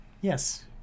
Yes